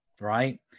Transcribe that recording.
right